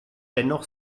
dennoch